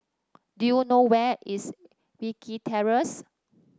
do you know where is Wilkie Terrace